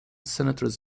senators